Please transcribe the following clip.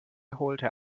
holte